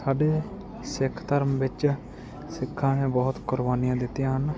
ਸਾਡੇ ਸਿੱਖ ਧਰਮ ਵਿੱਚ ਸਿੱਖਾਂ ਨੇ ਬਹੁਤ ਕੁਰਬਾਨੀਆਂ ਦਿੱਤੀਆਂ ਹਨ